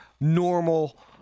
normal